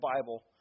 Bible